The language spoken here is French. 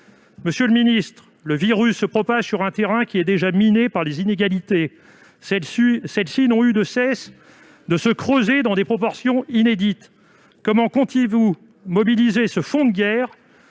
de relance. Le virus se propage sur un terrain déjà miné par les inégalités ; celles-ci n'ont cessé de se creuser dans des proportions inédites. Comment comptez-vous mobiliser ce fonds de guerre,